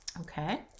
okay